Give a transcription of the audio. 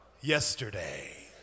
yesterday